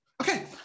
okay